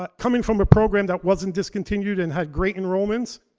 ah coming from a program that wasn't discontinued and had great enrollments.